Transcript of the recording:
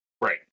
Right